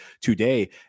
today